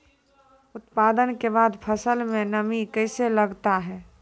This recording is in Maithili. उत्पादन के बाद फसल मे नमी कैसे लगता हैं?